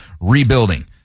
rebuilding